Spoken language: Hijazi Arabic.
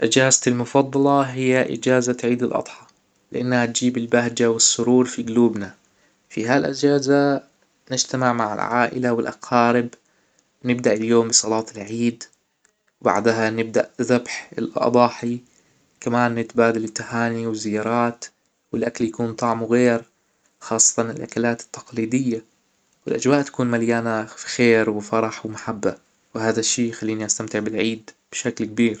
أجازتى المفضلة هى إجازة عيد الأضحى لأنها تجيب البهجة والسرور فى جلوبنا فى هالأجازه نجتمع مع العائلة والأقارب نبدأ اليوم بصلاة العيد وبعدها نبدأ بذبح الأضاحى كمان نتبادل التهانى و الزيارات والأكل يكون طعمه غير خاصة الأكلات التقليديه الأجواء تكون مليانه خير وفرح ومحبه وهذا الشئ يخلينى أستمتع بالعيد بشكل كبير